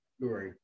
Right